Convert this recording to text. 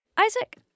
Isaac